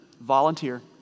volunteer